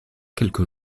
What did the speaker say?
quelque